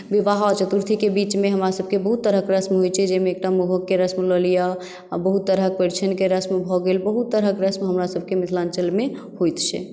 विवाह आओर चतुर्थीके बीचमे हमरासभके बहुत तरहके रस्म होइत छै जाहिमे एकटा मउहकके रस्म लऽ लिअ आओर बहुत तरहक परिछिनके रस्म भऽ गेल बहुत तरहके रस्म हमरा सभके मिथिलाञ्चलमे होइत छै